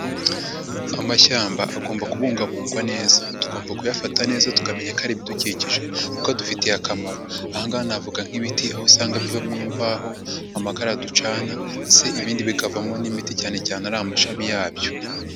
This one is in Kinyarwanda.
Amashyamba agomba kubungabungwa neza tugomba kuyafata neza tukamenya ko ari ibidukikije kuko adufitiye akamaro. Aha ngaha navuga nk'ibiti aho usanga bivamo imbaho, amakara ducana ndetse ibindi bikavamo n'imiti cyane cyane ariya amashami yabyo.